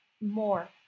more